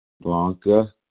Blanca